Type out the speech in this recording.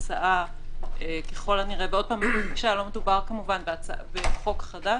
עוד פעם לא מדובר כמובן בחוק חדש,